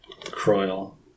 Croyle